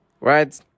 Right